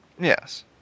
Yes